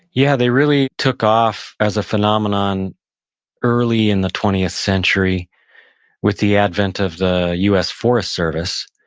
yeah. they really took off as a phenomenon early in the twentieth century with the advent of the us forest service,